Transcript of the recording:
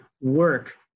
work